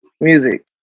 music